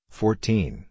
fourteen